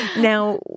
Now